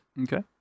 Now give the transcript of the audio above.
okay